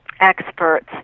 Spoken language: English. experts